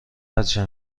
بچه